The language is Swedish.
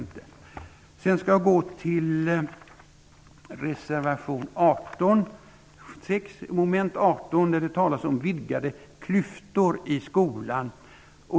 Det begriper jag inte. I reservation 6 talas det om vidgade klyftor i skolan.